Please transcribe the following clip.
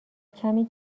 کمی